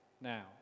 now